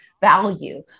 value